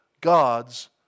God's